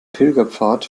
pilgerpfad